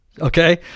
okay